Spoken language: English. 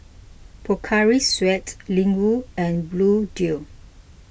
Pocari Sweat Ling Wu and Bluedio